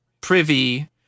privy